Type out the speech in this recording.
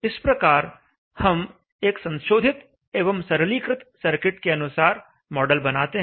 इस प्रकार हम एक संशोधित एवं सरलीकृत सर्किट के अनुसार मॉडल बनाते हैं